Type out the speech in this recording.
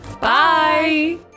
Bye